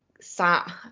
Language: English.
sat